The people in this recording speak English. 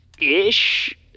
ish